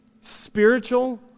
spiritual